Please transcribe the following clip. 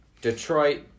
Detroit